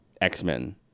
X-Men